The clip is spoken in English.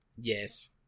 Yes